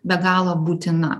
be galo būtina